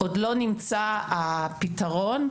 עוד לא נמצא הפתרון,